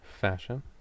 fashion